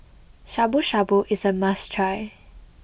Shabu Shabu is a must try